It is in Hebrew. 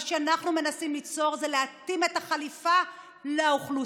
מה שאנחנו מנסים ליצור זה להתאים את החליפה לאוכלוסייה,